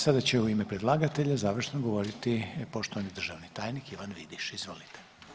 Sada će u ime predlagatelja završno govoriti poštovani državni tajnik Ivan Vidiš, izvolite.